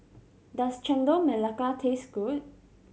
does Chendol Melaka taste good